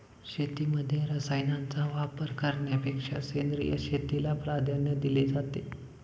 शेतीमध्ये रसायनांचा वापर करण्यापेक्षा सेंद्रिय शेतीला प्राधान्य दिले जाते